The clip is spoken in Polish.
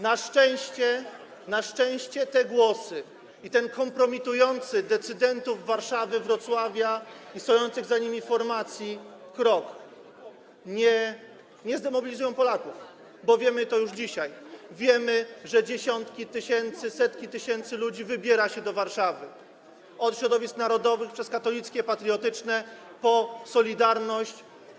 Na szczęście te głosy i ten kompromitujący krok decydentów Warszawy, Wrocławia i stojące za nimi formacje nie zdemobilizują Polaków, bo wiemy to już dzisiaj, że dziesiątki tysięcy, setki tysięcy ludzi wybiera się do Warszawy, od środowisk narodowych, przez katolickie, patriotyczne, po „Solidarność”